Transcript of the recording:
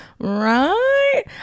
right